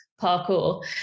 parkour